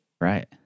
Right